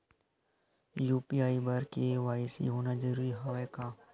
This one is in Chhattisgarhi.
यू.पी.आई बर के.वाई.सी होना जरूरी हवय का?